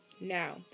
Now